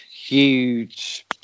huge